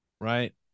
right